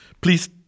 Please